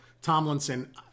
Tomlinson